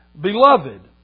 Beloved